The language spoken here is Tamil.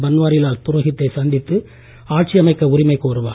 பன்வாரிலால் புரோகித்தை சந்தித்து ஆட்சி அமைக்க உரிமை கோருவார்